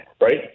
right